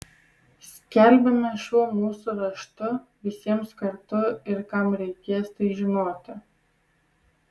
skelbiame šiuo mūsų raštu visiems kartu ir kam reikės tai žinoti